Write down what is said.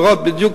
לראות בדיוק,